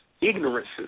ignorances